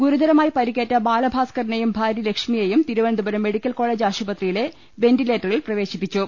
ഗുരുതരമായി പരിക്കേറ്റ ബാലഭാസ്കറിനെയും ഭാരൃ ലക്ഷ്മിയെയും തിരുവനന്തപുരം മെഡിക്കൽ കോളെജ് ആശുപത്രിയിലെ വെന്റിലേറ്ററിൽ പ്രവേശിപ്പിച്ചു